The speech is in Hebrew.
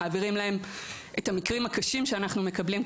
מעבירים להם את המקרים הקשים שאנחנו מקבלים,